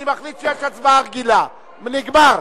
אני מחליט שיש הצבעה רגילה, נגמר.